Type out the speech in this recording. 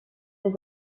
his